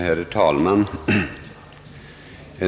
Herr talman!